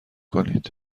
کنید